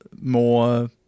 more